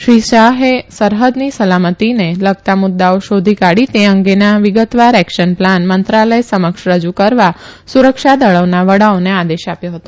શ્રી શાહે સરહદની સલામતીને લગતા મુદ્દાઓ શોધી કાઢી તે અંગેના વિગતવાર એકશન પ્લાન મંત્રાલય સમક્ષ રજુ કરવા સુરક્ષા દળોના વડાઓને આદેશ આપ્યો હતો